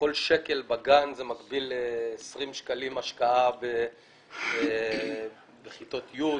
וכל שקל בגן מקביל ל-20 שקלים השקעה בכיתות י',